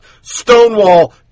stonewall